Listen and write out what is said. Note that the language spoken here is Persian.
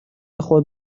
خود